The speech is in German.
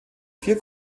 vier